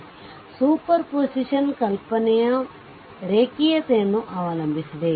ಆದ್ದರಿಂದ superposition ಕಲ್ಪನೆಯು ರೇಖೀಯತೆಯ ನ್ನು ಅವಲಂಬಿಸಿದೆ